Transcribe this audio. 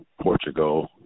Portugal